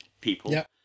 people